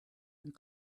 and